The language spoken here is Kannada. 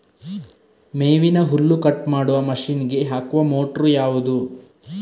ಮೇವಿನ ಹುಲ್ಲು ಕಟ್ ಮಾಡುವ ಮಷೀನ್ ಗೆ ಹಾಕುವ ಮೋಟ್ರು ಯಾವುದು?